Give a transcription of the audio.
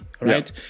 Right